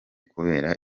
kubera